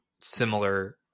similar